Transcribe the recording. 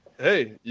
Hey